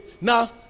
Now